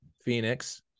phoenix